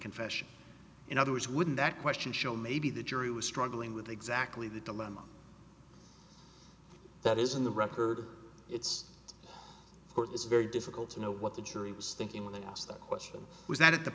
confession in other words wouldn't that question show maybe the jury was struggling with exactly the dilemma that is in the record it's it's very difficult to know what the jury was thinking when they asked that question was that at the